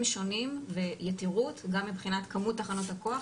שונים ויתירות גם מבחינת כמות תחנות הכוח,